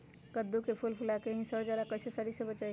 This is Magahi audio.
कददु के फूल फुला के ही सर जाला कइसे सरी से बचाई?